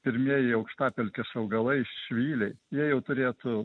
pirmieji aukštapelkės augalai švyliai jie jau turėtų